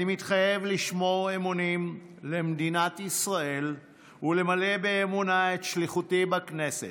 אני מתחייב לשמור אמונים למדינת ישראל ולמלא באמונה את שליחותי בכנסת.